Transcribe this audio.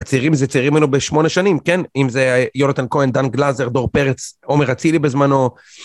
הצעירים זה צעירים אנו בשמונה שנים, כן? אם זה יונתן כהן, דן גלאזר, דור פרץ, עומר עצילי בזמנו.